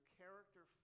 character